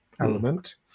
element